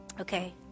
Okay